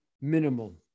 minimal